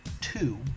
two